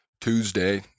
Tuesday